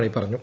മണി പറഞ്ഞു